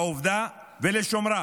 לעובדה ולשומרה.